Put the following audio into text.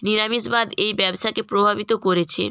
নিরামিষবাদ এই ব্যবসাকে প্রভাবিত করেছে